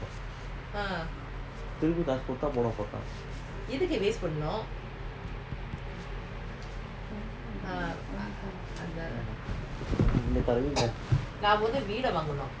திருப்பிகாசகொடுத்துபோடமாட்டான்:thiruppi kaasa koduthu podamaataan